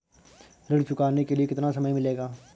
ऋण चुकाने के लिए कितना समय मिलेगा?